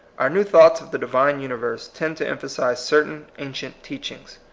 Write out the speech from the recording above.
our new thoughts of the divine uni verse tend to emphasize certain ancient teachings,